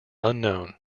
unknown